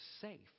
safe